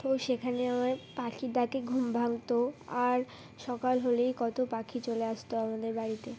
তো সেখানে আমার পাখি ডাকে ঘুম ভাঙতো আর সকাল হলেই কত পাখি চলে আসতো আমাদের বাড়িতে